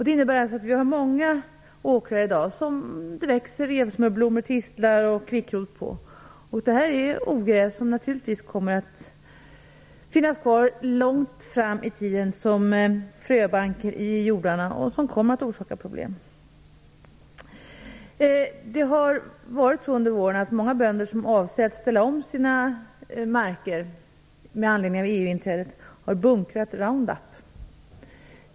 Det innebär att vi har många åkrar i dag där det växer smörblommor, tistlar och kvickrot på. Det är ogräs som naturligtvis kommer att finnas kvar långt fram i tiden som fröbanker i jordarna och som kommer att orsaka problem. Under våren har många bönder som avser att ställa om sina marker med anledning av EU-inträdet bunkrat Round Up.